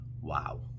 wow